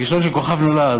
בכישרון של "כוכב נולד",